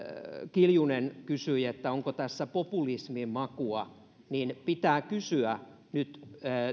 kiljunen kysyi että onko tässä populismin makua niin pitää kysyä nyt